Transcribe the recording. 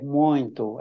muito